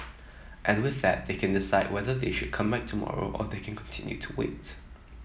and with that they can decide whether they should come back tomorrow or they can continue to wait